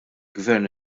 gvern